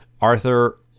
arthur